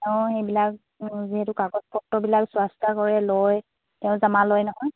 তেওঁ সেইবিলাক যিহেতু কাগজ পত্ৰবিলাক চোৱা চিতা কৰে লয় তেওঁ জমা লয় নহয়